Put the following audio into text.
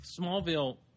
Smallville